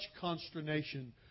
consternation